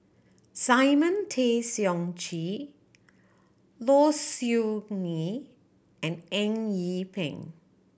Simon Tay Seong Chee Low Siew Nghee and Eng Yee Peng